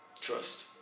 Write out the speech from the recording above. Trust